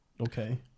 Okay